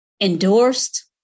endorsed